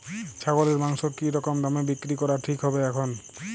ছাগলের মাংস কী রকম দামে বিক্রি করা ঠিক হবে এখন?